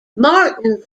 martin